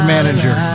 Manager